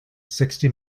sixty